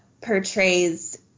portrays